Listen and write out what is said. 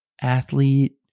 Athlete